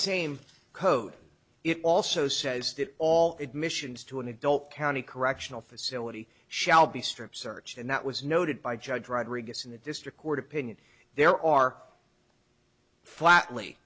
same code it also says that all admissions to an adult county correctional facility shall be strip searched and that was noted by judge rodriguez in the district court opinion there are